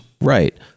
right